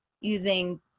using